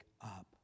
up